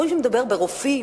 הם רואים שמדובר ברופאים,